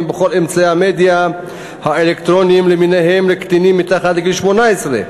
בכל אמצעי המדיה האלקטרוניים למיניהם לקטינים מתחת לגיל 18,